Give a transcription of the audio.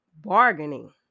bargaining